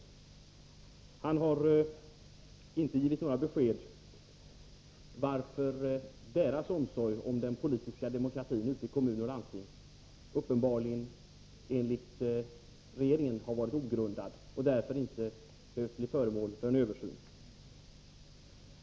Lars Ulander har inte givit några besked om varför oron för den politiska demokratin ute i kommuner och landsting uppenbarligen, enligt regeringen, har varit ogrundad, så att den inte behövt bli föremål för översyn.